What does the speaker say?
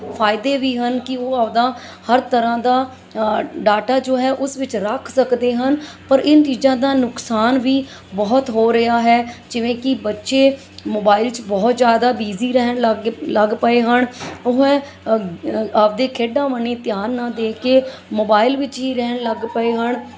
ਫ਼ਾਇਦੇ ਵੀ ਹਨ ਕਿ ਉਹ ਆਪਣਾ ਹਰ ਤਰ੍ਹਾਂ ਦਾ ਡਾਟਾ ਜੋ ਹੈ ਉਸ ਵਿੱਚ ਰੱਖ ਸਕਦੇ ਹਨ ਪਰ ਇਨ੍ਹਾਂ ਚੀਜ਼ਾਂ ਦਾ ਨੁਕਸਾਨ ਵੀ ਬਹੁਤ ਹੋ ਰਿਹਾ ਹੈ ਜਿਵੇਂ ਕਿ ਬੱਚੇ ਮੋਬਾਈਲ 'ਚ ਬਹੁਤ ਜ਼ਿਆਦਾ ਬਿਜ਼ੀ ਰਹਿਣ ਲੱਗ ਲੱਗ ਪਏ ਹਨ ਉਹ ਹੈ ਆਪਣੇ ਖੇਡਾਂ ਬਨੀ ਧਿਆਨ ਨਾ ਦੇ ਕੇ ਮੋਬਾਈਲ ਵਿੱਚ ਹੀ ਰਹਿਣ ਲੱਗ ਪਏ ਹਨ